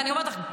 ואני אומרת לך,